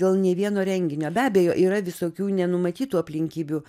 dėl nė vieno renginio be abejo yra visokių nenumatytų aplinkybių